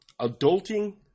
Adulting